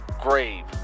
grave